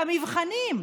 למבחנים,